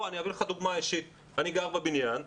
אביא לך דוגמה אישית: אני גר בבניין,